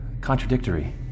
contradictory